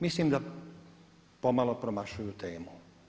Mislim da pomalo promašuju temu.